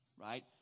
right